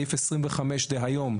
סעיף 25 דהיום,